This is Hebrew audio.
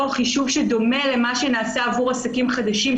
חישוב שדומה למה שנעשה עבור עסקים חדשים,